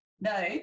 no